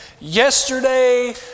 yesterday